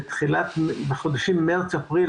אם מטפלים רק בפניות תמיד יהיו פניות ותמיד יטפלו בפניות,